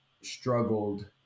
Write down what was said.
struggled